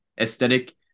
aesthetic